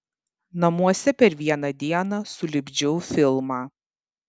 namuose per vieną dieną sulipdžiau filmą